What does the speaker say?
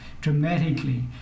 dramatically